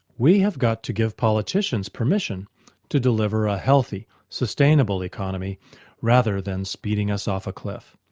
we have got to give politicians permission to deliver a healthy, sustainable economy rather than speeding us off a cliff.